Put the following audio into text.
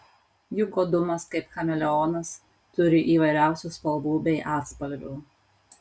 juk godumas kaip chameleonas turi įvairiausių spalvų bei atspalvių